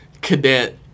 cadet